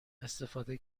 استفاده